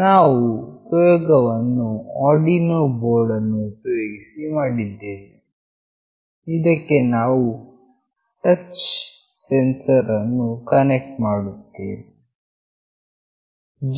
ನಾವು ಪ್ರಯೋಗವನ್ನು Arduino board ಅನ್ನು ಉಪಯೋಗಿಸಿ ಮಾಡಿದ್ದೇವೆ ಇದಕ್ಕೆ ನಾವು ಟಚ್ ಸೆನ್ಸರ್ ಅನ್ನು ಕನೆಕ್ಟ್ ಮಾಡುತ್ತೇವೆ